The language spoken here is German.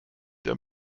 der